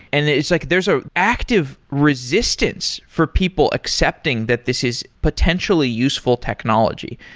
and it's like there's a active resistance for people accepting that this is potentially useful technology,